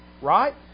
right